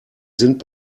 sind